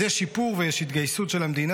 אז יש שיפור ויש התגייסות של המדינה.